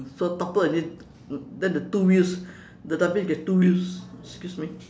so toppled and it then the two wheels the dustbin get two wheels excuse me